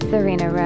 Serena